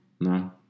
No